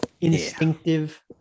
instinctive